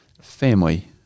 family